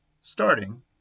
starting